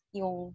yung